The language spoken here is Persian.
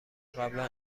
قبلا